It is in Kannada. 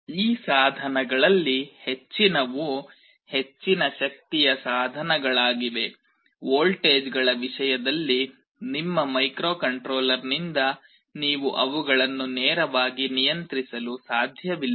ಈ ಸಾಧನಗಳಲ್ಲಿ ಹೆಚ್ಚಿನವು ಹೆಚ್ಚಿನ ಶಕ್ತಿಯ ಸಾಧನಗಳಾಗಿವೆ ವೋಲ್ಟೇಜ್ಗಳ ವಿಷಯದಲ್ಲಿ ನಿಮ್ಮ ಮೈಕ್ರೊಕಂಟ್ರೋಲರ್ನಿಂದ ನೀವು ಅವುಗಳನ್ನು ನೇರವಾಗಿ ನಿಯಂತ್ರಿಸಲು ಸಾಧ್ಯವಿಲ್ಲ